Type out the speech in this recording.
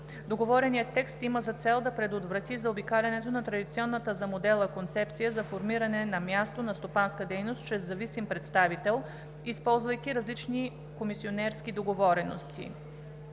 Договореният текст има за цел да предотврати заобикалянето на традиционната за Модела концепция за формиране на място на стопанска дейност чрез зависим представител, използвайки различни комисионерски договорености;